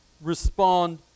respond